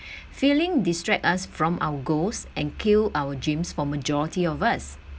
failing distract us from our goals and kill our dreams for majority of us